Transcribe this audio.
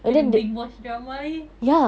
and then binge watch drama